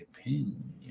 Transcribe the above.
opinion